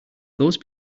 those